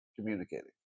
communicating